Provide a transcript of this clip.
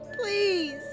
please